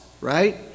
right